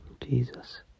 Jesus